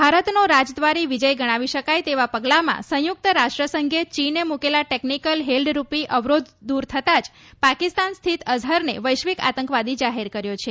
ભારતનો રાજદ્વારી વિજય ગણાવી શકાય તેવા પગલામાં સંયુક્ત રાષ્ટ્રસંઘે ચીને મૂકેલ ટેકનીકલ હેલ્ડરૂપી અવરોધ દૂર થતા જ પાકિસ્તાન સ્થીત અઝહરને વૈશ્વિક આતંકવાદી જાહેર કર્યો છે